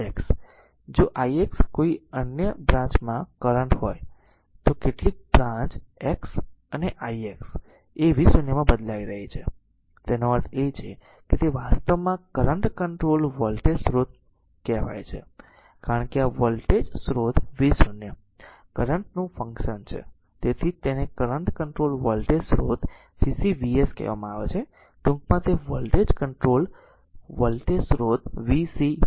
જો i x કોઈ અન્ય બ્રાંચ માં કરંટ હોય તો કેટલીક બ્રાંચ x અનેi x એ v 0 માં બદલાઈ રહી છે તેનો અર્થ એ છે કે તે વાસ્તવમાં કરંટ કંટ્રોલ્ડ વોલ્ટેજ સ્રોત કહેવાય છે કારણ કે આ વોલ્ટેજ સ્રોત v 0 કરંટ નું ફંક્શન છે તેથી જ તેને કરંટ કંટ્રોલ્ડ વોલ્ટેજ સ્રોત CCVS કહેવામાં આવે છે ટૂંકમાં તે વોલ્ટેજ કંટ્રોલ્ડ વોલ્ટેજ સ્રોત VCVS છે